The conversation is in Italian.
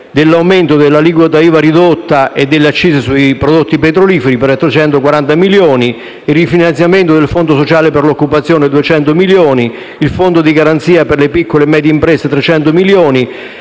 dell'aumento dell'aliquota IVA ridotta e delle accise sui prodotti petroliferi (840 milioni), per il finanziamento del fondo sociale per l'occupazione (200 milioni), per il fondo di garanzia per le piccole e medie imprese (300 milioni),